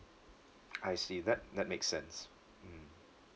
I see that that makes sense mm